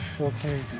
Okay